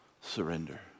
surrender